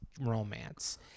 romance